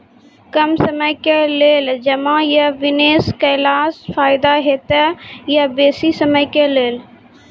कम समय के लेल जमा या निवेश केलासॅ फायदा हेते या बेसी समय के लेल?